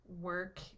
work